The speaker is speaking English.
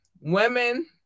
Women